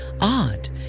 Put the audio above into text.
odd